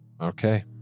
Okay